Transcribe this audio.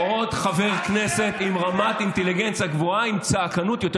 עוד חבר כנסת עם רמת אינטליגנציה גבוהה ועם צעקנות יותר